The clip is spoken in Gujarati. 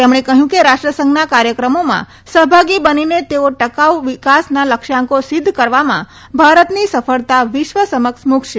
તેમણે કહ્યું કે રાષ્ટ્રસંઘના કાર્યક્રમોમાં સહભાગી બનીને તેઓ ટકાઉ વિકાસના લક્ષ્યાંકો સિદ્ધ કરવામાં ભારતની સફળતા વિશ્વ સમક્ષ મૂકશે